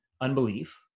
unbelief